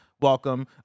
Welcome